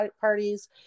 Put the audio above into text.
parties